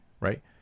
right